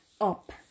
up